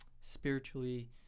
spiritually